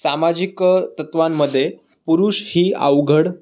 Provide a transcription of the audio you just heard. सामाजिक तत्वां मध्ये पुरुषही अवघड